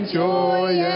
joy